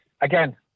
again